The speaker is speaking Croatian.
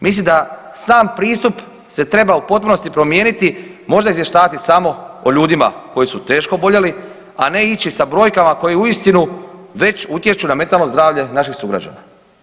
Mislim da sam pristup se treba u potpunosti promijeniti možda izvještavati samo o ljudima koji su teško oboljeli, a ne ići sa brojkama koji uistinu već utječu na mentalno zdravlje naših sugrađana.